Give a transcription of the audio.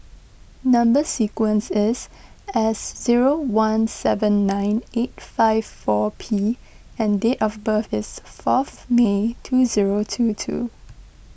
Number Sequence is S zero one seven nine eight five four P and date of birth is fourth May two zero two two